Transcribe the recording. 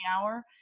hour